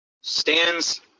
stands